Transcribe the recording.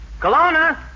Kelowna